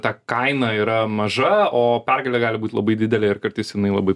ta kaina yra maža o pergalė gali būt labai didelė ir kartais jinai labai